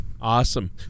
Awesome